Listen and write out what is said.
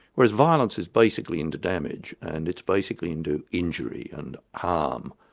whereas violence is basically into damage, and it's basically into injury, and harm.